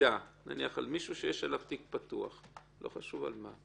כמו שעשינו הבחנה בין תיקים שנסגרים מחוסר ראיות לחוסר אשמה.